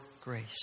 grace